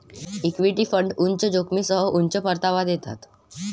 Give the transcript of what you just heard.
equity fund उच्च जोखमीसह उच्च परतावा देतात